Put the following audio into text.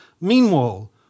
meanwhile